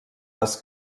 les